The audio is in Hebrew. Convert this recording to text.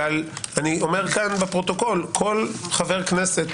אבל אני אומר לפרוטוקול כל חבר כנסת,